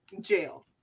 jail